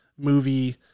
movie